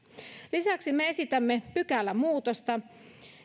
lisäksi me esitämme pykälämuutosta